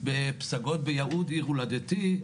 בפסגות ביהוד עיר הולדתי,